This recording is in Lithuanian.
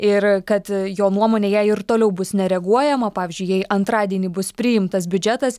ir kad jo nuomone jei ir toliau bus nereaguojama pavyzdžiui jei antradienį bus priimtas biudžetas